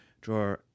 draw